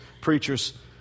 preachers